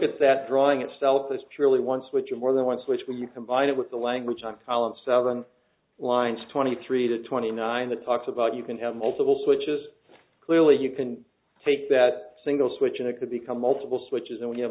at that drawing itself is purely once which is more than once which when you combine it with the language on talent seven lines twenty three to twenty nine the talks about you can have multiple switches clearly you can take that single switch and it could become multiple switches and you have